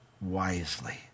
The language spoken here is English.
Wisely